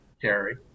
Terry